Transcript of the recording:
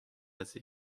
aze